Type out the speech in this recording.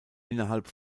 innerhalb